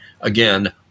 Again